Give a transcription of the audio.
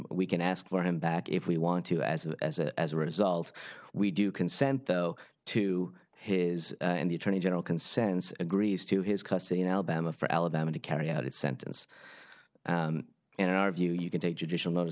we can ask for him back if we want to as a as a as a result we do consent though to his and the attorney general consensus agrees to his custody in alabama for alabama to carry out its sentence and in our view you can take judicial notice